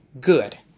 good